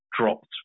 dropped